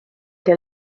إلى